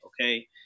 okay